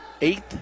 Eighth